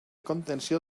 contenció